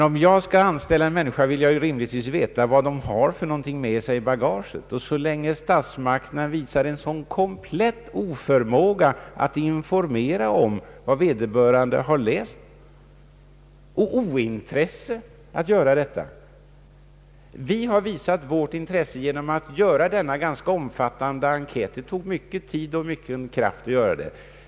Om jag nu skall anställa någon vill jag naturligtvis veta vad han eller hon för med sig i bagaget. Länge har statsmakterna visat komplett oförmåga och ointresse för att informera om vad vederbörande har lärt sig. Vi har visat vårt intresse genom att göra denna ganska omfattande enkät. Det tog mycken tid och mycken kraft att göra den.